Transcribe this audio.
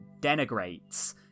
denigrates